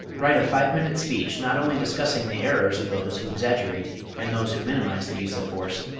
write a five-minute speech not only discussing the errors of those who exaggerate and those who minimize the use of force,